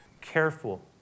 careful